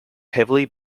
heavily